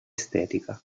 estetica